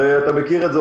הרי אתה מכיר את זה,